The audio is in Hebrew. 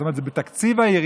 זאת אומרת זה בתקציב העירייה,